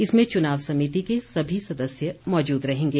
इसमें चुनाव समिति के सभी सदस्य मौजूद रहेंगे